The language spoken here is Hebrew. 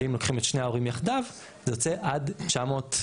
שאם לוקחים את שני ההורים יחדיו זה יוצא עד 940